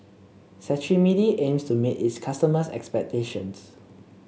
Cetrimide aims to meet its customers' expectations